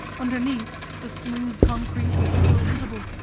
underneath the smooth concrete was still visible,